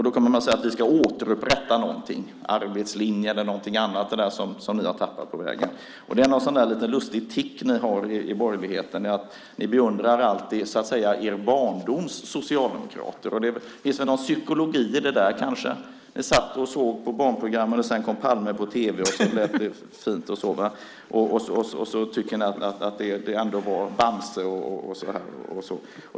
Då kommer de att säga: Vi ska återupprätta någonting, arbetslinjen eller någonting annat som ni har tappat på vägen. Det är någon lite lustig tic ni har i borgerligheten. Ni beundrar alltid er barndoms socialdemokrater. Det finns kanske någon psykologi i det där. Ni satt och såg på barnprogrammen, och sedan kom Palme på tv, och det lät fint. Ni tycker att det var Bamse och så.